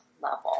level